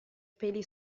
peli